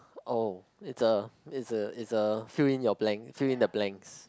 oh it's a it's a it's a fill in your blanks fill in the blanks